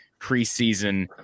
preseason